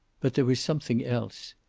but there was something else.